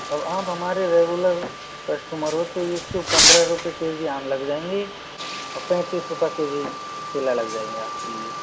और आप हमारे रेगुलर कस्टमर हो तो एक सौ पंद्रह रुपए के जी आम लग जाएँगे और पैंतीस रुपए के जी केला लग जाएँगे आपके लिए